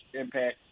impact